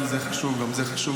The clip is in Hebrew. גם זה חשוב, גם זה חשוב.